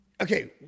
Okay